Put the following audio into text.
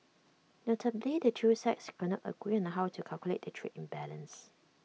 notably the two sides could not agree on how to calculate their trade imbalance